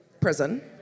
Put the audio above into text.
Prison